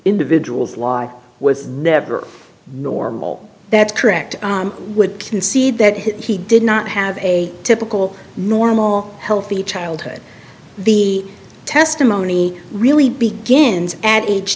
individual's law was never normal that's correct would concede that he did not have a typical normal healthy childhood the testimony really begins at age